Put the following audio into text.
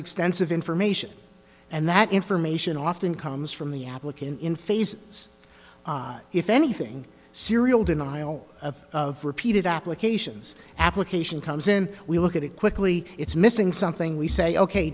extensive information and that information often comes from the applicant in phases if anything serial denial of of repeated applications application comes in we look at it quickly it's missing something we say ok